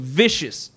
vicious